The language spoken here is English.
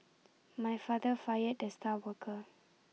my father fired the star worker